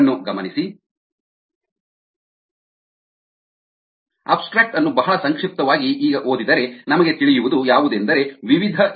abstract ಅನ್ನು ಬಹಳ ಸಂಕ್ಷಿಪ್ತವಾಗಿ ಈಗ ಓದಿದರೆ ನಮಗೆ ತಿಳಿಯುವುದು ಯಾವುದೆಂದರೆ ವಿವಿಧ ಇ